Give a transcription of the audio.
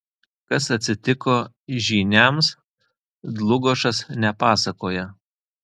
kas atsitiko žyniams dlugošas nepasakoja